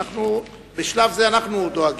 בשלב זה אנחנו דואגים.